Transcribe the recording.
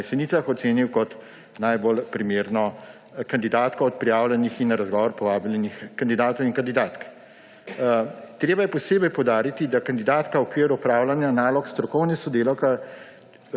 na Jesenicah, ocenil kot najbolj primerno kandidatko od prijavljenih in na razgovor povabljenih kandidatov in kandidatk. Treba je posebej poudariti, da kandidatka v okviru opravljanja nalog strokovne sodelavke